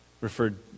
referred